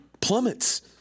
plummets